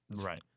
Right